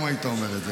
גם היית אומר את זה,